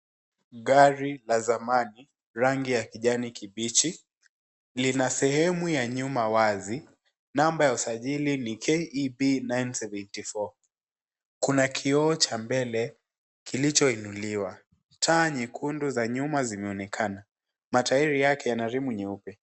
Gari la zamani. Rangi ya kijani kibichi lina sehemu ya nyuma wazi. Namba ya usajili ni KEB 974.Kuna kioo cha mbele kilichoinuliwa. Taa nyekundu za nyuma zinaonekana. Matayiri yake yana rimu nyeupe.